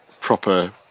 proper